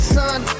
son